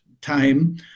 time